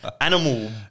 animal